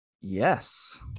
Yes